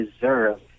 deserve